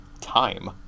time